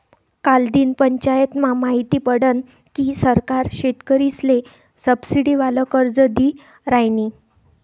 कालदिन पंचायतमा माहिती पडनं की सरकार शेतकरीसले सबसिडीवालं कर्ज दी रायनी